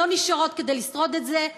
הן לא נשארות כדי לשרוד את זה.